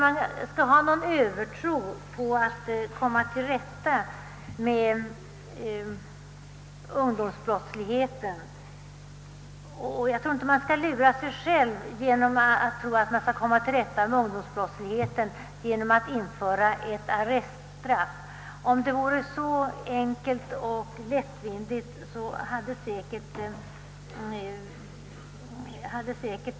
Man skall inte lura sig själv med att tro att man kan komma till rätta med ungdomsbrottsligheten genom att införa ett arreststraff. Så enkelt och lättvindigt är inte problemet.